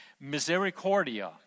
Misericordia